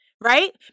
Right